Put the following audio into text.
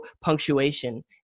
punctuation